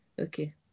Okay